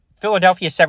Philadelphia